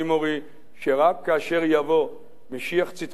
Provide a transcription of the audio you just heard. שרק כאשר יבוא משיח צדקנו בן דוד,